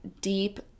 deep